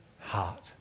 heart